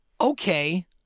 Okay